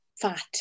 fat